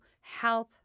help